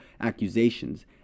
accusations